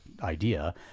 idea